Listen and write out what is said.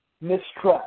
mistrust